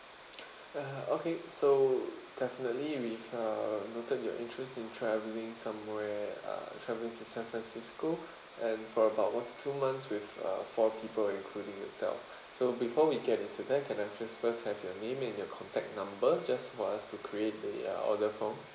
ah okay so definitely we've uh noted your interest in travelling somewhere uh travelling to san francisco and for about one to two months with uh four people including yourself so before we get into that can I please first have your name and your contact number just for us to create the uh order from